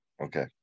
Okay